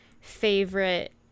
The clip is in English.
favorite